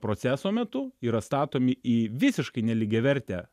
proceso metu yra statomi į visiškai nelygiavertę